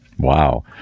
wow